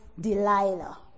Delilah